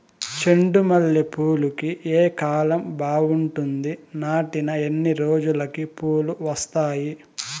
చెండు మల్లె పూలుకి ఏ కాలం బావుంటుంది? నాటిన ఎన్ని రోజులకు పూలు వస్తాయి?